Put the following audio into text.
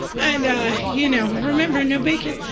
and ah you know remember, no bacon.